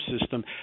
system